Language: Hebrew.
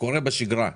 קורה בשגרה,